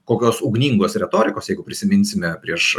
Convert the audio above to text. kokios ugningos retorikos jeigu prisiminsime prieš